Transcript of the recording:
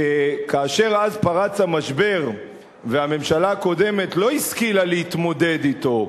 שכאשר אז פרץ המשבר והממשלה הקודמת לא השכילה להתמודד אתו,